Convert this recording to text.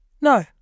No